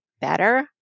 better